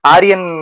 Aryan